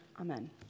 Amen